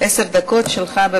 עשר דקות שלך.